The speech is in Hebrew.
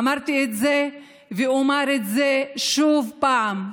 אמרתי את זה ואומר את זה שוב פעם: